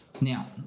Now